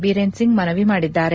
ಬೀರೇನ್ ಸಿಂಗ್ ಮನವಿ ಮಾಡಿದ್ದಾರೆ